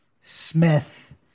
smith